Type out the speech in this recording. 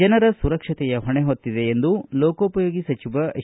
ಜನರ ಸುರಕ್ಷತೆಯ ಹೊಣೆ ಹೊತ್ತಿದೆ ಎಂದು ಲೋಕೋಪಯೋಗಿ ಸಚಿವ ಎಚ್